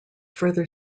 further